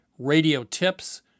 radiotips